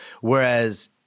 whereas